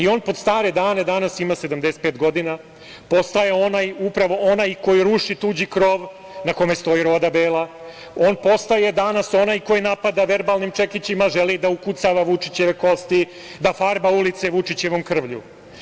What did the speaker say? On pod stare dane, danas ima 75 godina, postaje upravo onaj koji ruši tuđi krov na kome stoji roda bela, on postaje danas onaj koji napada verbalnim čekićima, želi da ukucava Vučićeve kosti, da farba ulice Vučićevom krvlju.